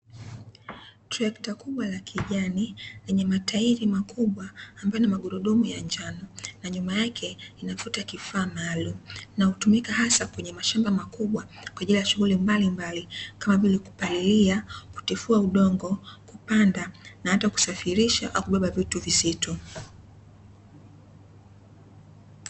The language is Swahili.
Trekta kubwa la kijani lenye matairi makubwa ambalo lina magurudumu ya njano, na nyuma yake inavuta kifaa maalumu. Na hutumika hasa kwenye mashamba makubwa kwa ajili ya shughuli mbalimbali kama vile: kupalilia, kutifua udongo, kupanda na hata kusafirisha au kubeba vitu vizito.